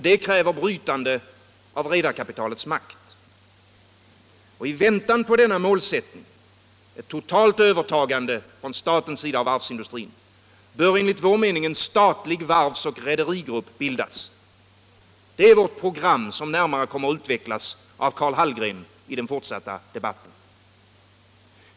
Det kräver brytande av redarkapitalets makt, och i väntan på denna målsättning — ett totalt övertagande från statens sida av varvsindustrin — bör en statlig varvsoch rederigrupp bildas. Det är vårt program, som närmare kommer att utvecklas av herr Hallgren i den fortsatta debatten.